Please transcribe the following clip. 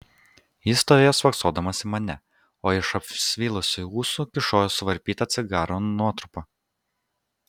jis stovėjo spoksodamas į mane o iš jo apsvilusių ūsų kyšojo suvarpyta cigaro nuotrupa